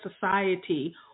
society